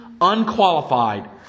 unqualified